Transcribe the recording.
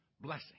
blessing